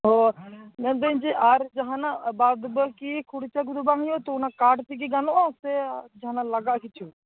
ᱢᱮᱱᱫᱟᱹᱧ ᱡᱮ ᱟᱨ ᱡᱟᱦᱟᱸᱱᱟ ᱵᱟᱫᱵᱟᱠᱤ ᱠᱷᱚᱨᱪᱟ ᱟᱹᱜᱩ ᱫᱚ ᱵᱟᱝ ᱦᱩᱭᱩᱜᱼᱟ ᱛᱚ ᱚᱱᱟ ᱠᱟᱨᱰ ᱛᱮᱜᱮ ᱜᱟᱱᱚᱜᱼᱟ ᱥᱮ ᱡᱟᱦᱟᱸᱱᱟ ᱞᱟᱜᱟᱼᱟ ᱠᱤᱪᱷᱩ